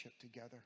together